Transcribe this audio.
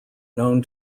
known